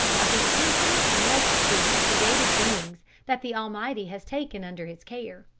of the infinite multitude of created beings that the almighty has taken under his care.